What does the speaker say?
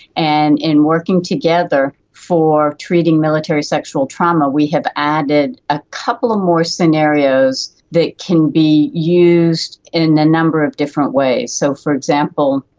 and in working together for treating military sexual trauma we have added a couple more scenarios that can be used in a number of different ways. so, for example,